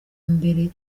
mbere